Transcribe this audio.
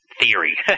theory